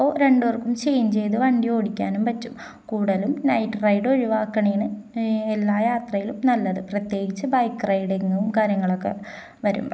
അപ്പോള് രണ്ടുപേർക്കും ചേഞ്ച് ചെയ്ത് വണ്ടി ഓടിക്കാനും പറ്റും കൂടുതലും നൈറ്റ് റൈഡ് ഒഴിവാക്കുന്നതാണ് എല്ലാ യാത്രയിലും നല്ലത് പ്രത്യേകിച്ച് ബൈക്ക് റൈഡിങ്ങും കാര്യങ്ങളൊക്കെ വരുമ്പോള്